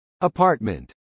Apartment